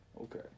Okay